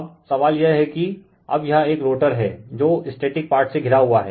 अब सवाल यह है कि अब यह एक रोटर है जो स्टेटिक पार्ट से घिरा हुआ है